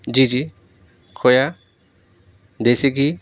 جی جی کھووا دیسی گھی